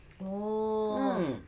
oh